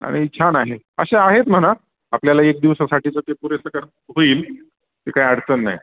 आणि छान आहे असे आहेत म्हणा आपल्याला एक दिवसासाठीचं ते पुरेसं कर होईल ती काही अडचण नाही